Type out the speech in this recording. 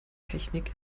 technik